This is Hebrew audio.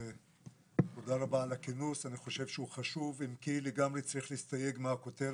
תודה רבה, אנחנו רואים בכך חשיבות מאוד